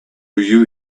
you